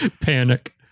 panic